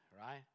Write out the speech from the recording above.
right